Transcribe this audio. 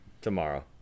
Tomorrow